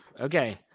Okay